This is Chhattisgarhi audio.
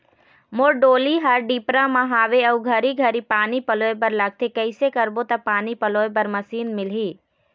मोर डोली हर डिपरा म हावे अऊ घरी घरी पानी पलोए बर लगथे कैसे करबो त पानी पलोए बर मशीन मिलही?